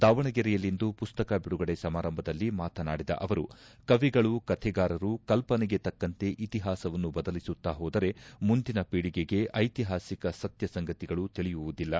ದಾವಣಗೆರೆಯಲ್ಲಿಂದು ಪುಸ್ತಕ ಬಿಡುಗಡೆ ಸಮಾರಂಭದಲ್ಲಿ ಮಾತನಾಡಿದ ಅವರು ಕವಿಗಳು ಕಥೆಗಾರರು ಕಲ್ಪನೆಗೆ ತಕ್ಕಂತೆ ಇತಿಹಾಸವನ್ನು ಬದಲಿಸುತ್ತಾ ಹೋದರೆ ಮುಂದಿನ ಖೀಳಗೆಗೆ ಐತಿಹಾಸಿಕ ಸತ್ಯ ಸಂಗತಿಗಳು ತಿಳಿಯುವುದಿಲ್ಲ